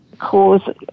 cause